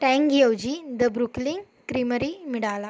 टँगऐवजी the Brooklyn creamery मिळाला